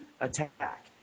attack